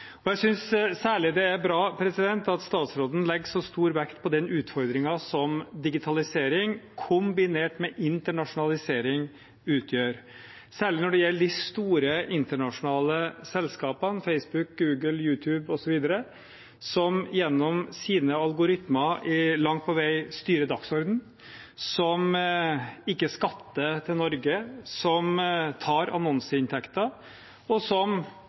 møter. Jeg synes særlig det er bra at statsråden legger så stor vekt på den utfordringen som digitalisering kombinert med internasjonalisering utgjør, særlig når det gjelder de store internasjonale selskapene Facebook, Google, YouTube osv., som gjennom sine algoritmer langt på vei styrer dagsordenen, som ikke skatter til Norge, som tar annonseinntekter, og som,